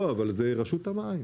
לא אבל זה רשות המים,